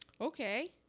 Okay